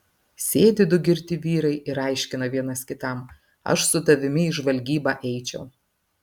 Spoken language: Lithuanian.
sėdi du girti vyrai ir aiškina vienas kitam aš su tavimi į žvalgybą eičiau